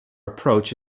approach